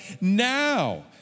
now